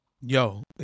Yo